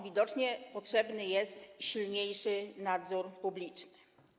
Widocznie potrzebny jest silniejszy nadzór publiczny.